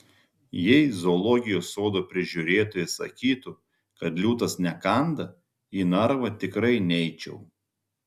jei zoologijos sodo prižiūrėtojas sakytų kad liūtas nekanda į narvą tikrai neičiau